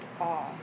off